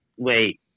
wait